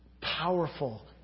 powerful